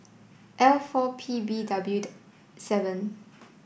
L four P B W the seven